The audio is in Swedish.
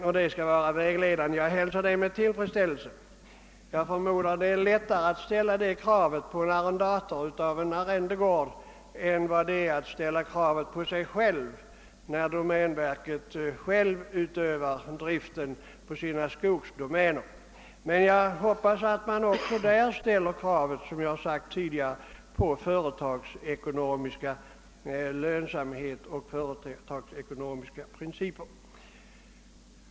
Detta skall vara en vägledande princip: Jag förmodar att domänverket har lättare att ställa detta krav på en arrendator än på sig självt, när det utövar driften på sina skogsdomäner. Jag hoppas emellertid att det också i detta fall ' fordrar lönsamhet efter företagsekonomiska principer.